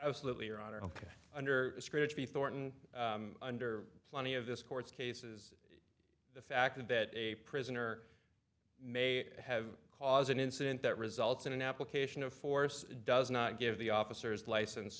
salute your honor ok under scrutiny thorton under plenty of this court's cases the fact that a prisoner may have caused an incident that results in an application of force does not give the officers license